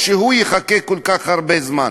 יחכה כל כך הרבה זמן?